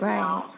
Right